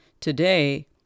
Today